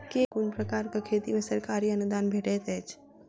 केँ कुन प्रकारक खेती मे सरकारी अनुदान भेटैत अछि?